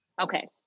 Okay